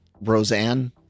Roseanne